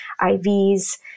IVs